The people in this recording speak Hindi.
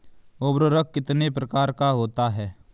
उर्वरक कितने प्रकार का होता है?